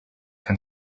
can